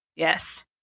Yes